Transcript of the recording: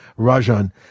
Rajan